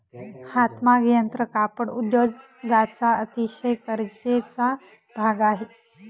हातमाग यंत्र कापड उद्योगाचा अतिशय गरजेचा भाग आहे